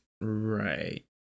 right